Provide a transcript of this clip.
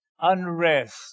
unrest